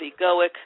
egoic